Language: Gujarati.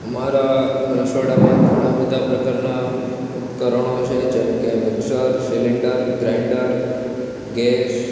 મારા રસોડામાં ઘણા બધા પ્રકારના ઉપકરણો છે જેમકે મિક્સર સિલિન્ડર ગ્રેન્ડર ગેસ